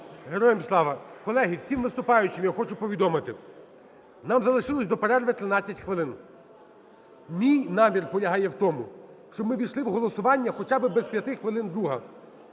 Героям Слава! Колеги, всім виступаючим я хочу повідомити, нам залишилось до перерви 13 хвилин. Мій намір полягає в тому, щоб ми ввійшли в голосування хоча би в без п'яти хвилин друга.